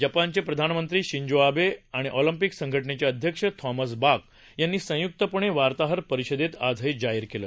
जपानचे प्रधानमंत्री Shinzo Abe आणि ऑलम्पिक संघटनेचे अध्यक्ष थॉमस बाक यांनी संयुक्तपणे वार्ताहर परिषदेत आज हे जाहीर केलं